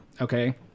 okay